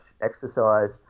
exercise